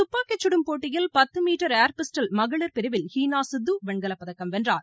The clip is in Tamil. துப்பாக்கிசுடும் போட்டியில் பத்து மீட்டர் ஏர்பிஸ்டல் மகளிர் பிரிவில் ஹீனா சித்து வெண்கலப்பதக்கம் வென்றார்